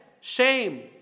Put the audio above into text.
shame